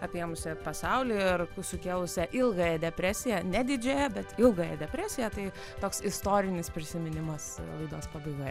apėmusią pasaulį ir sukėlusią ilgąją depresiją ne didžiąją bet ilgąją depresiją tai toks istorinis prisiminimas laidos pabaigoje